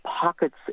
pockets